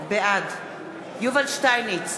בעד יובל שטייניץ,